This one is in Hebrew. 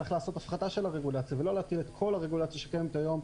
צריך לעשות הפחתה של הרגולציה ולא להחיל את כל הרגולציה שקיימת היום,